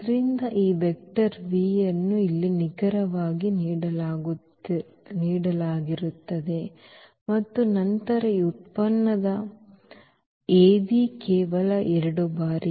ಆದ್ದರಿಂದ ಈ vector V ಅನ್ನು ಇಲ್ಲಿ ನಿಖರವಾಗಿ ನೀಡಲಾಗಿರುತ್ತದೆ ಮತ್ತು ನಂತರ ಈ ಉತ್ಪನ್ನದ ನಂತರ Av ಕೇವಲ 2 ಬಾರಿ